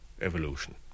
evolution